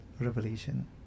revelation